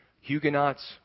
Huguenots